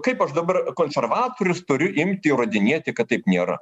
kaip aš dabar konservatorius turiu imti įrodinėti kad taip nėra